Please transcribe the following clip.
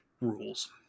rules